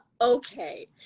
okay